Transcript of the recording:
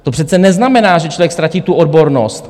To přece neznamená, že člověk ztratí tu odbornost.